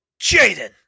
Jaden